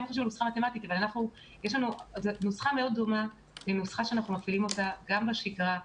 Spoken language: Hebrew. זו נוסחה מאוד דומה לנוסחה שמופעלת גם בשגרה.